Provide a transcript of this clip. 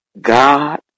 God